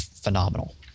phenomenal